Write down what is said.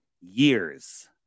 years